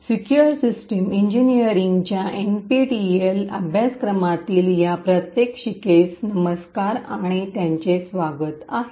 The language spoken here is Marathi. सिक्युअर सिस्टम इंजिनीअरिंगच्या एनपीटीईएल अभ्यासक्रमातील या प्रात्यक्षिकेस नमस्कार आणि त्यांचे स्वागत आहे